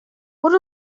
what